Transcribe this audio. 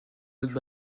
autres